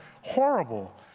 horrible